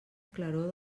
claror